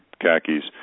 khakis